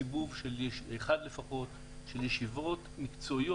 תן לנו עוד סיבוב אחד לפחות של ישיבות מקצועיות